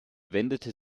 wendete